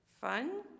fun